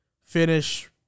finish